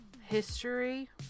history